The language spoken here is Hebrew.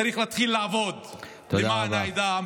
צריך להתחיל לעבוד למען העדה, תודה רבה.